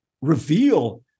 reveal